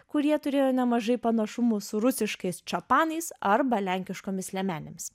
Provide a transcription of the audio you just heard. kurie turėjo nemažai panašumų su rusiškais čapanais arba lenkiškomis liemenėmis